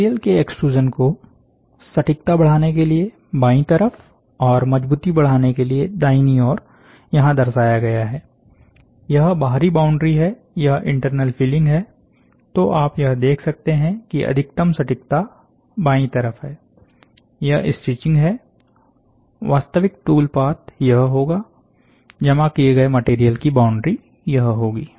material के extrusion को सटीकता बढ़ाने के लिए बाई तरफ और मजबूती बढ़ाने के लिए दाहिनी ओर यहाँ दर्शाया गया है यह बाहरी बाउंड्री है यह इंटरनल फीलिंग है तो आप यह देख सकते हैं की अधिकतम सटीकता बायीं तरफ है यह स्टिचिंग है वास्तविक टूल पाथ यह होगा जमा किये गए मटेरियल की बाउंड्री यह होगी